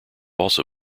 also